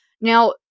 Now